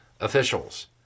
officials